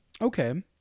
okay